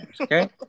okay